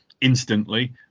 instantly